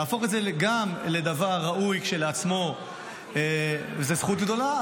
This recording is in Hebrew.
להפוך את זה גם לדבר ראוי כשלעצמו כי זאת זכות גדולה,